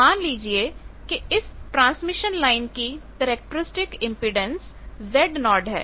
मान लीजिए कि इस ट्रांसमिशन लाइन की कैरेक्टरिस्टिक इम्पीडेन्स Zo है